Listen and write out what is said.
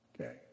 Okay